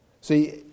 See